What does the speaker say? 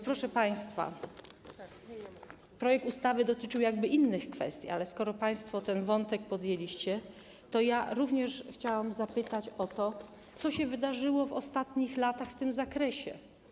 Proszę państwa, projekt ustawy dotyczył innych kwestii, ale skoro państwo ten wątek podjęliście, to ja również chciałam zapytać o to, co się wydarzyło w ostatnich latach w tym zakresie.